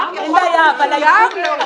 --- זה לא סמכות מרצונו, הוא מעכב אותו.